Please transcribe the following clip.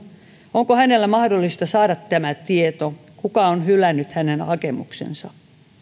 onko hänen mahdollista saada tieto siitä kuka on hylännyt hänen hakemuksensa